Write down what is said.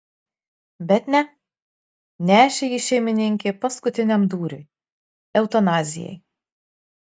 bet ne nešė jį šeimininkė paskutiniam dūriui eutanazijai